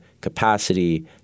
capacity